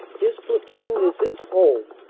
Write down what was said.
his platoon is his home-or,